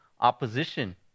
opposition